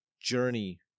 journey